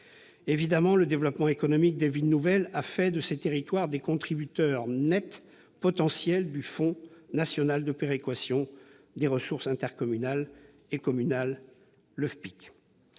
Évidemment, le développement économique des villes nouvelles a fait de ces territoires des contributeurs nets potentiels du Fonds national de péréquation des ressources intercommunales et communales, le FPIC.